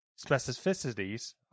specificities